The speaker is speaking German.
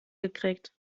gekriegt